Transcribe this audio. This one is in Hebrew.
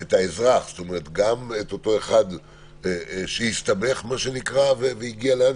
את האזרח גם את אותו אחד שהסתבך והגיע לאן